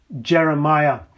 Jeremiah